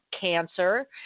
cancer